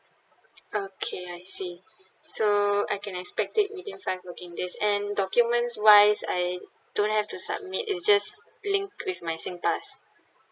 okay I see so I can expect it within five working days and documents wise I don't have to submit it's just linked with my singpass